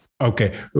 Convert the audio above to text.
Okay